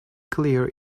clear